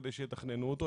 כדי שיתכננו אותו.